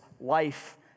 life